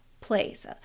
place